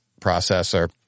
processor